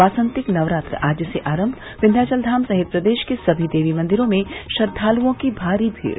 वासंतिक नवरात्र आज से आरम्म विन्ध्याचलघाम सहित प्रदेश के सभी देवीमंदिरों में श्रद्दालुओं की भारी भीड़